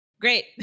great